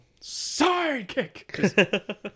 Sidekick